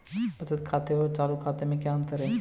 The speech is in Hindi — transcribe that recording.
बचत खाते और चालू खाते में क्या अंतर है?